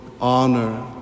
honor